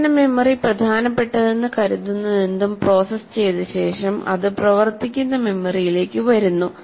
പ്രവർത്തന മെമ്മറി പ്രധാനപ്പെട്ടതെന്ന് കരുതുന്നതെന്തും പ്രോസസ്സ് ചെയ്ത ശേഷം അത് പ്രവർത്തിക്കുന്ന മെമ്മറിയിലേക്ക് വരുന്നു